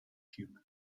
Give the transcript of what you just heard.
humans